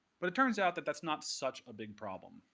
but it turns out that that's not such a big problem.